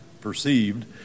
perceived